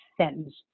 sentence